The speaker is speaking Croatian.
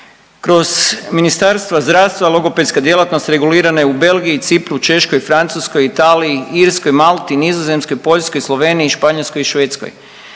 Kroz Ministarstva zdravstva logopedska djelatnost regulirana je u Belgiji, Cipru, Češkoj, Francuskoj, Italiji, Irskoj, Malti, Nizozemskoj, Poljskoj, Sloveniji, Španjolskoj i Švedskoj.